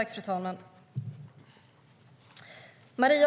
Fru talman!